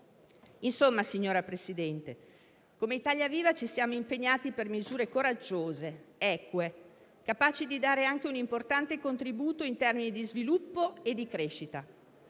Insomma, signor Presidente, come Italia Viva ci siamo impegnati per misure coraggiose, eque, capaci di dare un importante contributo anche in termini di sviluppo e di crescita.